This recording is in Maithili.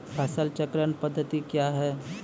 फसल चक्रण पद्धति क्या हैं?